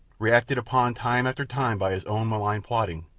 reacted upon time after time by his own malign plotting,